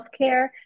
healthcare